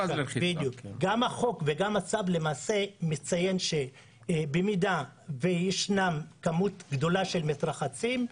-- גם החוק וגם הצו מציין שבמידה וישנה כמות גדולה של מתרחצים,